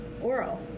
Oral